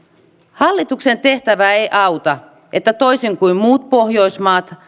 hallituksen tehtävää ei auta että toisin kuin muut pohjoismaat